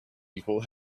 people